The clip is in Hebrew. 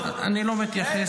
אני לא מתייחס.